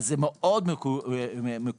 זה מאוד מקובל